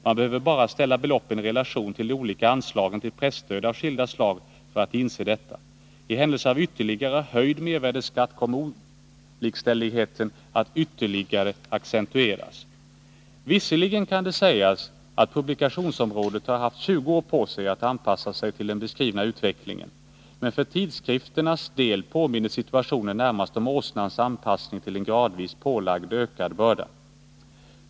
Man behöver bara ställa beloppen i relation till de olika anslagen till presstöd av skilda slag för att inse detta. I händelse av höjd mervärdeskatt kommer olikställigheten att ytterligare accentueras. Visserligen kan det sägas, att publikationsområdet har haft 20 år på sig att anpassa sig till den beskrivna utvecklingen, men för tidskrifternas del påminner situationen närmast om åsnans anpassning till en gradvis pålagd, ökad börda.